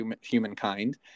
humankind